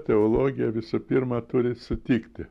teologija visų pirma turi sutikti